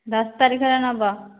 ଦଶ ତାରିଖରେ ନେବ